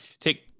take